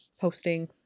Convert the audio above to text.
posting